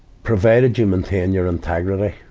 provided you maintained your integrity,